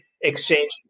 exchange